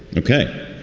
ok.